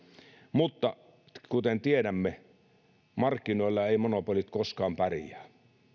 mutta kuten tiedämme markkinoilla eivät monopolit koskaan pärjää